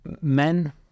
men